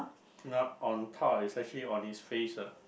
not on top it's actually on his face ah